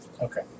Okay